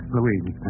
Louise